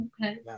okay